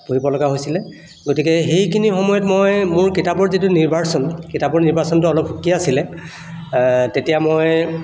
পঢ়িব লগা হৈছিলে গতিকে সেইখিনি সময়ত মই মোৰ কিতাপৰ যিটো নিৰ্বাচন কিতাপৰ নিৰ্বাচনটো মোৰ সুকীয়া আছিলে তেতিয়া মই